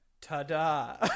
ta-da